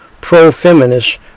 pro-feminist